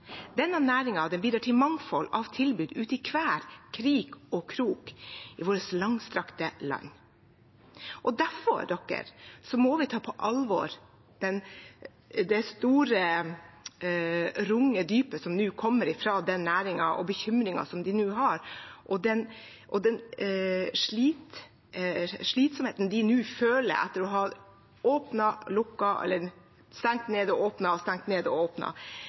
bidrar til et mangfold av tilbud ute i hver krik og krok i vårt langstrakte land. Derfor må vi ta på alvor det rungende ropet som nå kommer fra den næringen, og bekymringen som den nå har. Den slitsomheten de nå føler etter å ha åpnet, stengt ned, åpnet og stengt ned,